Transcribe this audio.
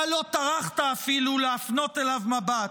אתה לא טרחת אפילו להפנות אליו מבט.